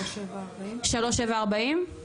3740?